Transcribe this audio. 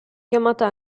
chiamata